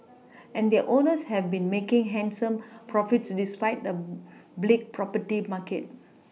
and their owners have been making handsome profits despite the bleak property market